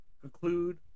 conclude